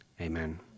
amen